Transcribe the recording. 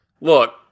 Look